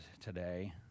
today